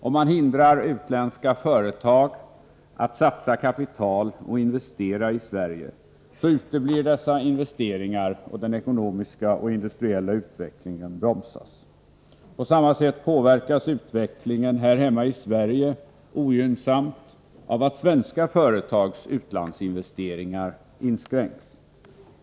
Om man hindrar utländska företag att satsa kapital och investera i Sverige uteblir dessa investeringar, och den ekonomiska och industriella utvecklingen bromsas. På samma sätt påverkas utvecklingen här hemma ogynnsamt av att svenska företags utlandsinvesteringar inskränks.